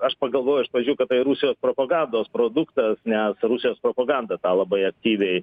aš pagalvojau iš pradžių kad tai rusijos propagandos produktas nes rusijos propaganda tą labai aktyviai